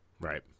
Right